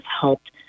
helped